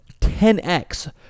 10x